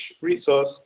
resource